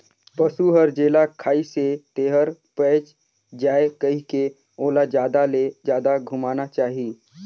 पसु हर जेला खाइसे तेहर पयच जाये कहिके ओला जादा ले जादा घुमाना चाही